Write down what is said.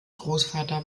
großvater